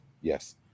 Yes